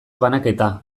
banaketa